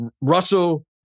Russell